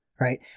right